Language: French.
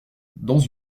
dans